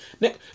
Nick